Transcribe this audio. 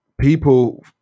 people